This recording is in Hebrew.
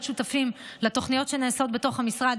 להיות שותפים לתוכניות שנעשות במשרד